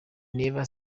never